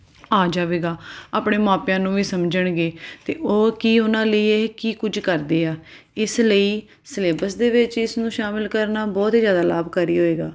ਆ ਜਾਵੇਗਾ ਆਪਣੇ ਮਾਪਿਆਂ ਨੂੰ ਵੀ ਸਮਝਣਗੇ ਅਤੇ ਉਹ ਕੀ ਉਹਨਾਂ ਲਈ ਇਹ ਕੀ ਕੁਝ ਕਰਦੇ ਆ ਇਸ ਲਈ ਸਿਲੇਬਸ ਦੇ ਵਿੱਚ ਇਸ ਨੂੰ ਸ਼ਾਮਿਲ ਕਰਨਾ ਬਹੁਤ ਹੀ ਜ਼ਿਆਦਾ ਲਾਭਕਾਰੀ ਹੋਏਗਾ